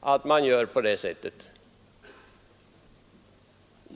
att man gör på det sättet.